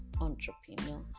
Entrepreneur